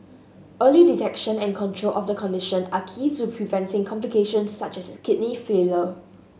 early detection and control of the condition are key to preventing complications such as kidney failure